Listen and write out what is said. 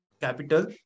capital